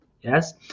yes